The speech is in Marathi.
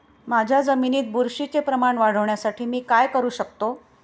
माझ्या जमिनीत बुरशीचे प्रमाण वाढवण्यासाठी मी काय करू शकतो?